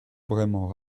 bremañ